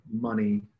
money